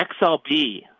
XLB